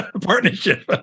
Partnership